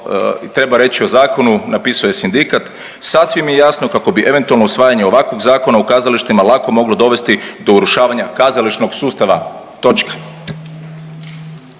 treba reći o zakonu napisao je sindikat. Sasvim je jasno kako bi eventualno usvajanje ovakvog zakona u kazalištima lako moglo dovesti do urušavanja kazališnog sustava točka.